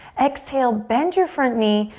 exhale, bend your front knee,